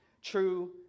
True